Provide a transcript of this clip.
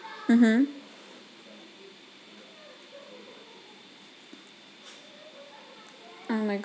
mmhmm oh my god